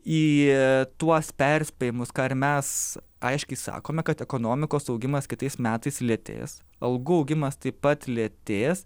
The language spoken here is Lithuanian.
į tuos perspėjimus ką ir mes aiškiai sakome kad ekonomikos augimas kitais metais lėtės algų augimas taip pat lėtės